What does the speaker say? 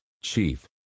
chief